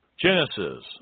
Genesis